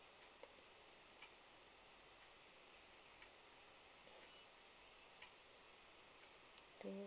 two